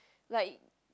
like